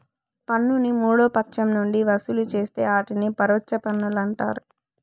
పన్నుని మూడో పచ్చం నుంచి వసూలు చేస్తే ఆటిని పరోచ్ఛ పన్నులంటారు